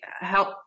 help